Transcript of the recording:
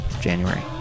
January